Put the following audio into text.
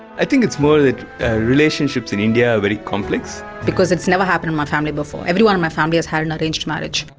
i think it's more that relationships in india are very complex. because it's never happened in my family before. everyone in my family has had an arranged marriage.